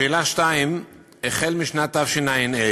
2. החל משנת תשע"ה,